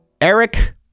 Eric